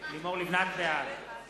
בעד